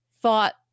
thought